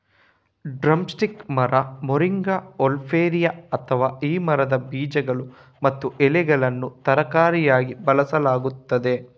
drum stick ಮರ, moringa oleifera, ಅಥವಾ ಆ ಮರದ ಬೀಜಗಳು ಮತ್ತು ಎಲೆಗಳನ್ನು ತರಕಾರಿಯಾಗಿ ಬಳಸಲಾಗುತ್ತದೆ